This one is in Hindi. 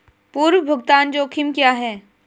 पूर्व भुगतान जोखिम क्या हैं?